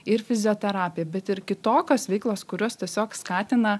ir fizioterapija bet ir kitokios veiklos kurios tiesiog skatina